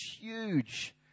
huge